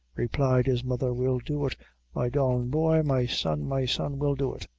replied his mother we'll do it my darlin' boy my son, my son, we'll do it.